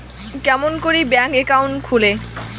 কেমন করি bank account খুলে?